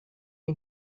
you